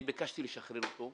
ביקשתי לשחרר אותו,